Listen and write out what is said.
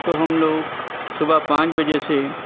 تو ہم لوگ صبح پانچ بجے سے